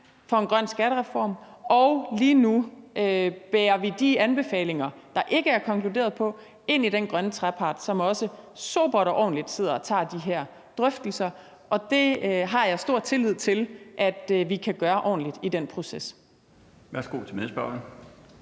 for en grøn skattereform, og lige nu bærer vi de anbefalinger, der ikke er konkluderet på, ind i den grønne trepart, hvor man sobert og ordentligt sidder og tager de her drøftelser. Det har jeg stor tillid til at vi kan gøre ordentligt i den proces.